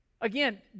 Again